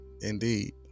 Indeed